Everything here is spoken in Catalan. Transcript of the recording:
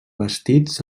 bastits